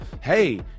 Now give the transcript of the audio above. hey